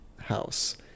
house